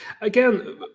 Again